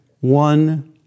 one